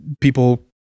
people